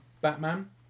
Batman